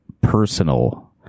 personal